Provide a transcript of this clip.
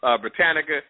Britannica